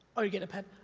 oh, you get a pen?